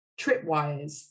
tripwires